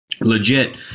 legit